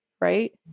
right